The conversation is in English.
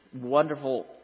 wonderful